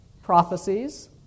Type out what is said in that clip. prophecies